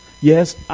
Yes